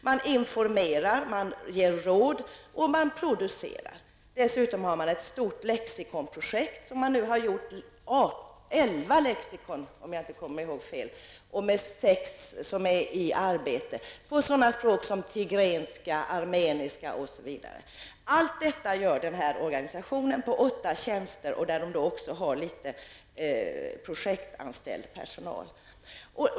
Man informerar, ger råd och producerar. Man har dessutom ett stort lexikonprojekt. Där har man nu gett ut elva lexikon, om jag inte minns fel, och sex är under arbete. Det gäller sådana språk som tigrenska och armeniska osv. Allt detta gör denna organisation med åtta tjänster. De har även haft några få projektanställda.